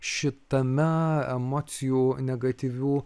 šitame emocijų negatyvių